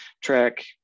track